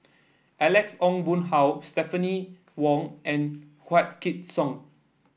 Alex Ong Boon Hau Stephanie Wong and Wykidd Song